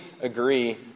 agree